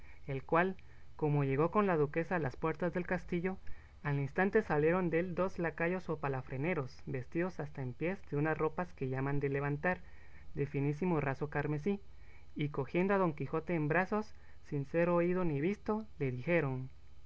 el cual como llegó con la duquesa a las puertas del castillo al instante salieron dél dos lacayos o palafreneros vestidos hasta en pies de unas ropas que llaman de levantar de finísimo raso carmesí y cogiendo a don quijote en brazos sin ser oído ni visto le dijeron